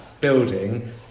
building